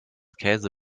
käse